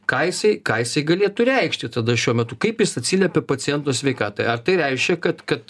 ką jisai ką jisai galėtų reikšti tada šiuo metu kaip jis atsiliepia paciento sveikatai ar tai reiškia kad kad